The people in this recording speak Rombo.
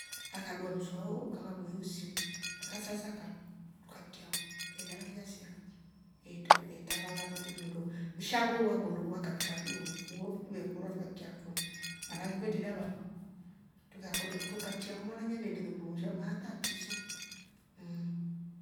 Akadua mswa wo ukava mwiiu siu akasasa trukatriao biashara yasiya, ye trava la nndo mshango wa bor wa katikati oh ni wo tuvekora ukaikya rikoni, maan ake kwtre dava fo trukachiya ho mwana eendelia undusha maa tratiso mmm.